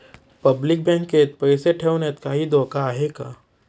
Public बँकेत पैसे ठेवण्यात काही धोका आहे का?